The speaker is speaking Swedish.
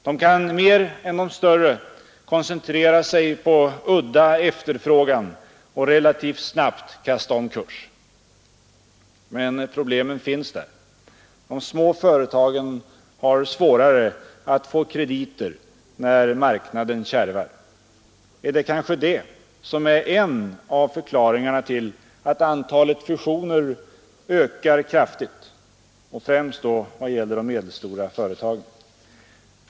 De kan mer än de större koncentrera sig på udda efterfrågan och relativt snabbt kasta om kurs. Men problemen finns där. De små företagen har svårare att få krediter när marknaden kärvar. Är det kanske det som är en av förklaringarna till att antalet fusioner ökar kraftigt, främst vad det gäller de medelstora företagen?